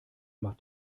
macht